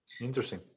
Interesting